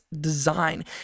design